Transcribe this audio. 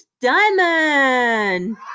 Diamond